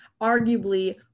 Arguably